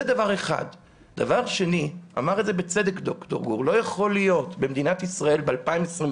דבר שני: אמר בצדק ד"ר גור - לא יכול להיות שבמדינת ישראל ב-2022